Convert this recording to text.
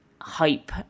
hype